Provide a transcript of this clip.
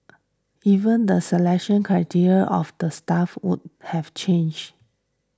even the selection criteria of the staff would have change